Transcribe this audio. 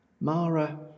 Mara